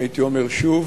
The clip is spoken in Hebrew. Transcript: הייתי אומר שוב,